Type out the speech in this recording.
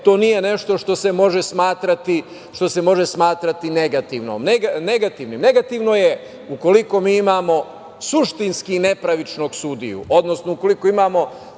to nije nešto što se može smatrati negativnim. Negativno je ukoliko mi imamo suštinski nepravičnog sudiju, odnosno ukoliko imamo,